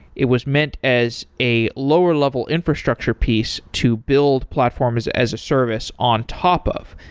it was meant as a lower level infrastructure piece to build platforms as a service on top of,